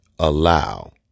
allow